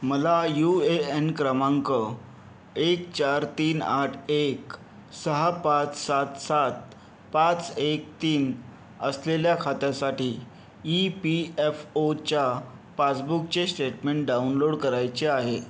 मला U A N क्रमांक एक चार तीन आठ एक सहा पाच सात सात पाच एक तीन असलेल्या खात्यासाठी ई पी एफ ओच्या पासबुकचे स्टेटमेंट डाउनलोड करायचे आहे